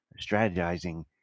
strategizing